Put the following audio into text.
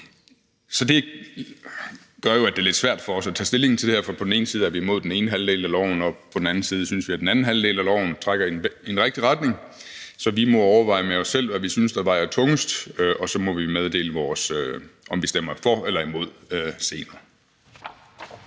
Det gør jo, at det er lidt svært for os at tage stilling til det her, for på den ene side er vi imod den ene halvdel af lovforslaget, men på den anden side synes vi, at den anden halvdel af lovforslaget trækker i den rigtige retning, så vi må overveje med os selv, hvad vi synes der vejer tungest, og så må vi meddele senere, om vi stemmer for eller imod.